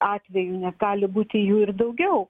atvejų nes gali būti jų ir daugiau